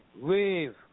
wave